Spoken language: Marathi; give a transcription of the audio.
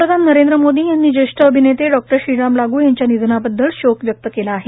पंतप्रधान नरेंद्र मोदी यांनी ज्येष्ठ अभिनेते डॉक्टर श्रीराम लाग् यांच्या निधनाबददल शोक व्यक्त केला आहे